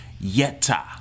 Yetta